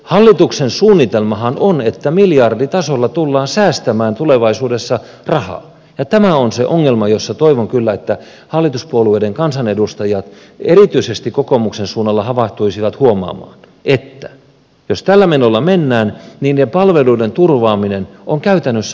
hallituksen suunnitelmahan on että miljarditasolla tullaan säästämään tulevaisuudessa rahaa ja tämä on se ongelma ja toivon kyllä että hallituspuolueiden kansanedustajat erityisesti kokoomuksen suunnalla havahtuisivat huomaamaan että jos tällä menolla mennään niin palveluiden turvaaminen on käytännössä mahdotonta